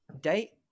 Date